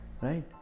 Right